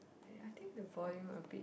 ya I think the volume a bit